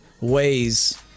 ways